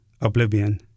Oblivion